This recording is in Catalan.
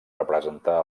representar